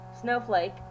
Snowflake